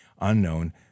unknown